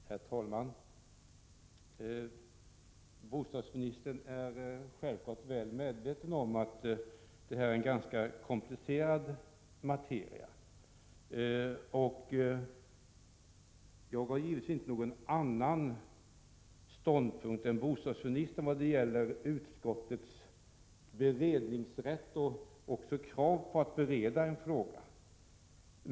Herr talman! Bostadsministern är självfallet väl medveten om att detta är en ganska komplicerad materia. Jag har givetvis inte någon annan ståndpunkt än bostadsministern när det gäller utskottens beredningssätt och kraven på att utskott skall bereda en fråga.